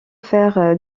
faire